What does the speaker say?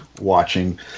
watching